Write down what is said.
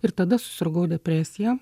ir tada susirgau depresija